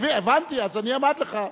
הבנתי, אז אני אמרתי לך.